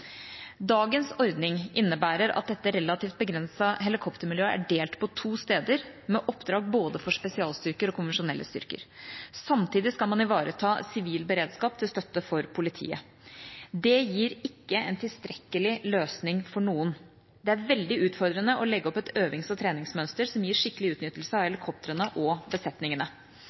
Dagens ordning innebærer at dette relativt begrensede helikoptermiljøet er delt på to steder med oppdrag både for spesialstyrker og konvensjonelle styrker. Samtidig skal man ivareta sivil beredskap til støtte for politiet. Det gir ikke en tilstrekkelig løsning for noen. Det er veldig utfordrende å legge opp et øvings- og treningsmønster som gir skikkelig utnyttelse av helikoptrene og besetningene.